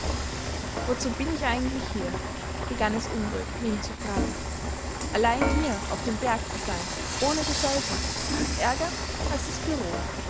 wozu bin ich eigentlich hier begann es unruhig in ihm zu fragen allein hier auf dem berg zu sein ohne gesellschaft ist ärger als das